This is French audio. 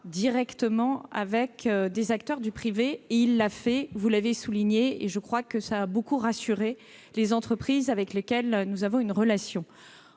directement avec des acteurs du secteur privé. Il l'a d'ailleurs fait, vous l'avez souligné, et je crois que cela a beaucoup rassuré les entreprises avec lesquelles nous sommes en relation.